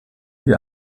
die